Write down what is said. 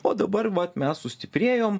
o dabar vat mes sustiprėjom